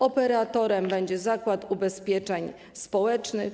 Operatorem będzie Zakład Ubezpieczeń Społecznych.